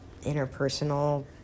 interpersonal